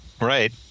right